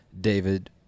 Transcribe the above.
David